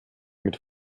mit